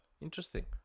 Interesting